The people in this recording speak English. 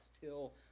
till